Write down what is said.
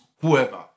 whoever